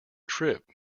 trip